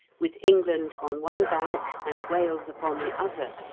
with england on one bank and wales upon the other,